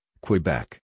Quebec